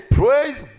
praise